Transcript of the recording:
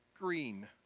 green